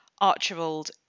Archibald